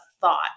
thought